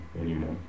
anymore